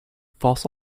false